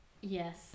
Yes